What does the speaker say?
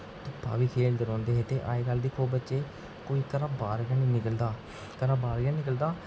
धुप्पा बी खेढदे रौंह्दे हे ते अजकल दिक्खो बच्चे घरा बाह्र गै नेईं निकलदे घरा बाह्र गै नेईं निकलदा